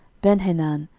benhanan,